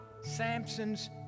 Samson's